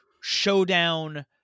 showdown